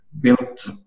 built